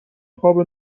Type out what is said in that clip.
خواب